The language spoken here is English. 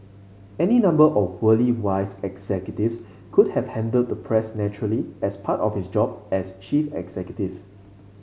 any number of worldly wise executives could have handled the press naturally as part of his job as chief executive